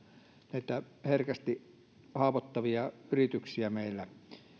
näitä herkästi haavoittuvia yrityksiä